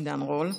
עידן רול.